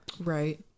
right